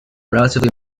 relatively